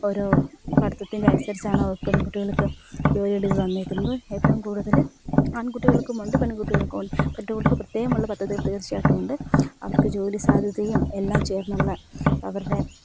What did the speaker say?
ഓരോ പഠിത്തത്തിൻ്റെ അനുസരിച്ചാണ് അവർ പെൺകുട്ടികൾക്ക് ജോലിയിൻ്റെ ഇത് തന്നിരിക്കുന്നത് ഏറ്റവും കൂടുതൽ ആൺകുട്ടികൾക്കും ഉണ്ട് പെൺകുട്ടികൾക്കും ഉണ്ട് പെൺകുട്ടികൾക്ക് പ്രത്യേകമുള്ള പദ്ധതികൾ തീർച്ചയായിട്ടും ഉണ്ട് അവർക്ക് ജോലി സാധ്യതയും എല്ലാം ചേർന്നുള്ള അവരുടെ